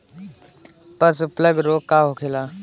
पशु प्लग रोग का होखेला?